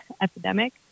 epidemic